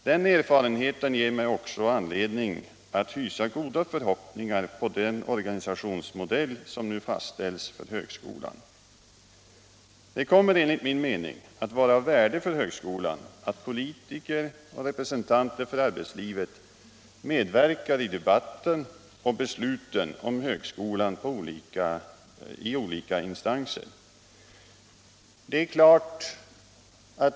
Den erfarenheten ger mig också anledning att hysa goda förhoppningar om den organisationsmodell som nu fastställs för högskolan. Det kommer, enligt min mening, att vara av värde för högskolan att politiker och representanter för arbetslivet medverkar i debatten och besluten om högskolan i olika instanser.